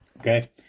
Okay